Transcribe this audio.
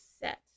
set